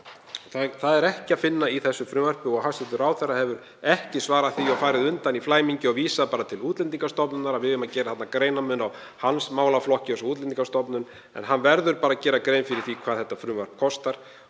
Það er ekki að finna í frumvarpinu og hæstv. ráðherra hefur ekki svarað því og farið undan í flæmingi og vísar bara til Útlendingastofnunar, að við eigum að gera þarna greinarmun á málaflokki hans og svo Útlendingastofnun. En hann verður að gera grein fyrir því hvað þetta frumvarp kostar.